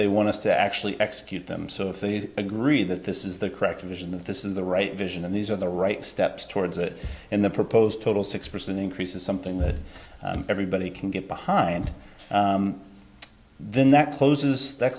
they want us to actually execute them so if these agree that this is the correct vision that this is the right vision and these are the right steps towards it and the proposed total six percent increase is something that everybody can get behind then that closes that